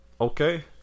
okay